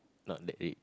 not that rich